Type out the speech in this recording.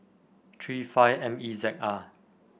three five M E Z R